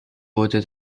wurde